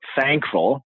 thankful